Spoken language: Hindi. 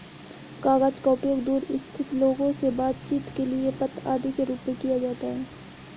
कागज का उपयोग दूर स्थित लोगों से बातचीत के लिए पत्र आदि के रूप में किया जाता है